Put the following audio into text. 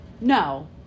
no